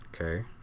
Okay